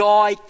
Joy